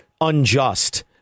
unjust